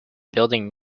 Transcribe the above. building